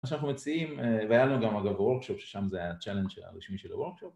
מה שאנחנו מציעים, והיה לנו גם אגב וורקשופ ששם זה היה ה-challenge הרשמי של הוורקשופ